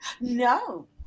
No